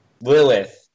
Lilith